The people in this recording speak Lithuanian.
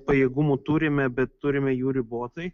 pajėgumų turime bet turime jų ribotai